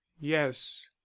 yes